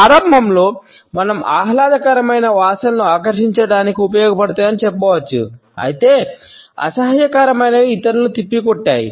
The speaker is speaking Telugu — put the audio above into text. ప్రారంభంలో మనం ఆహ్లాదకరమైన వాసనలు ఆకర్షించటానికి ఉపయోగపడతాయని చెప్పవచ్చు అయితే అసహ్యకరమైనవి ఇతరులను తిప్పికొట్టాయి